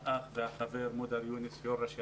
לאח והחבר מודר יונס שהוא יושב ראש ועד ראשי